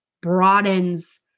broadens